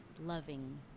loving